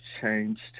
changed